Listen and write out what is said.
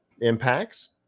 impacts